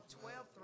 twelve